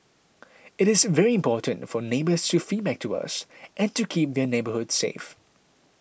it is very important for neighbours to feedback to us and keep their neighbourhoods safe